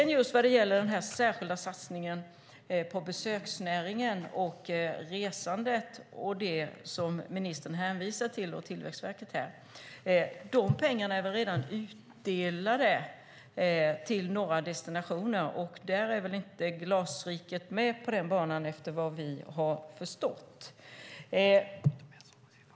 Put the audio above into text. När det gäller den särskilda satsningen på besöksnäringen och resandet, det som ministern hänvisar till här med Tillväxtverket är väl de pengarna redan utdelade till några destinationer, men vad vi har förstått är inte Glasriket med på den banan.